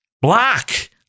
Black